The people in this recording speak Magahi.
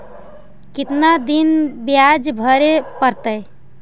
कितना दिन बियाज भरे परतैय?